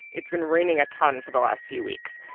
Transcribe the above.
it's been raining a ton for the last few weeks.